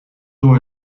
door